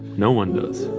no one does.